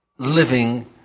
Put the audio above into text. Living